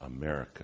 America